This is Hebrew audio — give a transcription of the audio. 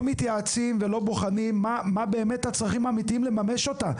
בונים דרישה ולא מתייעצים ולא בוחנים מה הצרכים האמיתיים לממש אותה.